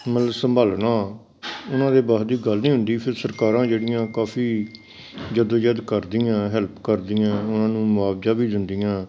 ਮਤਲਬ ਸੰਭਾਲਣਾ ਉਹਨਾਂ ਦੇ ਵੱਸ ਦੀ ਗੱਲ ਨਹੀਂ ਹੁੰਦੀ ਫਿਰ ਸਰਕਾਰਾਂ ਜਿਹੜੀਆਂ ਕਾਫੀ ਜੱਦੋ ਜਹਿਦ ਕਰਦੀਆਂ ਹੈਲਪ ਕਰਦੀਆਂ ਉਹਨਾਂ ਨੂੰ ਮੁਆਵਜ਼ਾ ਵੀ ਦਿੰਦੀਆਂ